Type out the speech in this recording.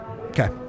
Okay